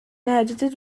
edited